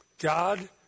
God